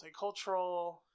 multicultural